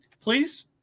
please